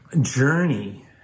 journey